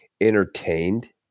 entertained